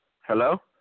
Hello